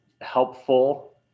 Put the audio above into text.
helpful